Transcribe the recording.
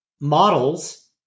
models